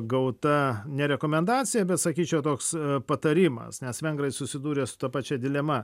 gauta ne rekomendacija bet sakyčiau toks patarimas nes vengrai susidūrė su ta pačia dilema